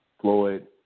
Floyd